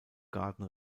garden